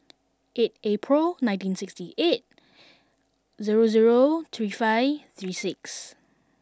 eight April nineteen sixty eight zero zero three five three six